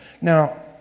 Now